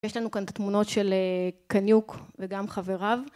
יש לנו כאן את התמונות של קניוק וגם חבריו.